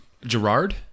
Gerard